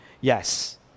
Yes